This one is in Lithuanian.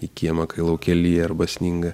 į kiemą kai lauke lyja arba sninga